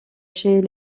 chez